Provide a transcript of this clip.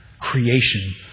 creation